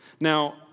Now